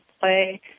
play